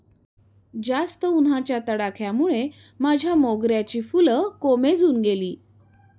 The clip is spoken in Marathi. जास्त उन्हाच्या तडाख्यामुळे माझ्या मोगऱ्याची फुलं कोमेजून गेली